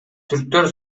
түрктөр